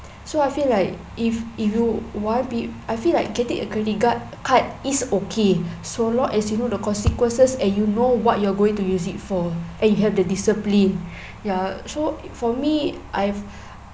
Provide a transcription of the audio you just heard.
so I feel like if if you want I feel like getting a credit card card is okay so long as you know the consequences and you know what you're going to use it for and you have the discipline ya so for me I